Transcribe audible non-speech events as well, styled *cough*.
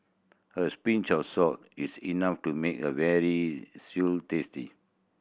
a *unintelligible* pinch of salt is enough to make a veal stew tasty